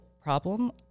problem